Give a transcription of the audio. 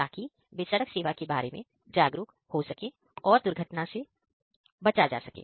ताकि वे सड़क सेवा के बारे में जागरूक हो सके और दुर्घटना से भी बचा जा सके